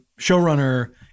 showrunner